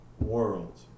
world